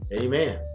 Amen